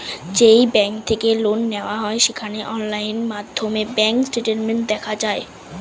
যেই ব্যাঙ্ক থেকে লোন নেওয়া হয় সেখানে অনলাইন মাধ্যমে ব্যাঙ্ক স্টেটমেন্ট দেখা যায়